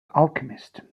alchemist